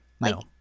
No